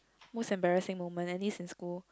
most embarrassing moment I think is in school